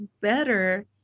better